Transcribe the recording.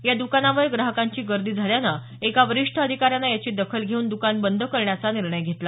या द्कानावर ग्राहकांची गर्दी झाल्यानं एका वरिष्ठ अधिकाऱ्यानं याची दखल घेऊन दुकान बंद करण्याचा निर्णय घेतला